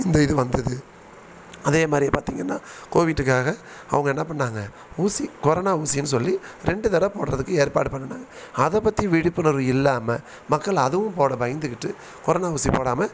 இந்த இது வந்தது அதே மாதிரி பார்த்தீங்கன்னா கோவிட்டுக்காக அவங்க என்ன பண்ணிணாங்க ஊசி கொரோனா ஊசின்னு சொல்லி ரெண்டு தடவ போடுறதுக்கு ஏற்பாடு பண்ணின்னாங்க அதைப் பற்றி விழிப்புணர்வு இல்லாமல் மக்கள் அதுவும் போட பயந்துக்கிட்டு கொரோனா ஊசி போடாமல்